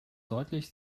deutlich